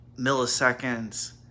milliseconds